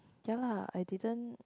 ya lah I didn't